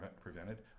prevented